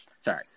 Sorry